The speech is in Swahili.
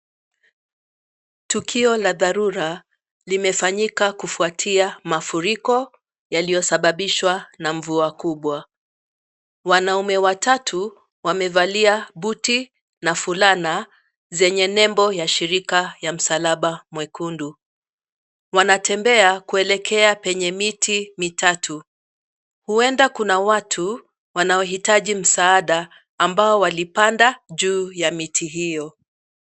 Tukio la dharura limefanyika kufuatia mafuriko yaliyosababishwa na mvua kubwa. Wanaume watatu wamevalia buti na fulana na zenye nembo ya shirika ya msalaba mwekundu. Wanatembea kuelekea penye miti mitatu. Huenda kuna watu wanaohitaji msaada ambao walipanda juu ya miti hiyo.